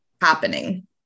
happening